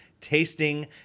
tasting